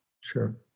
Sure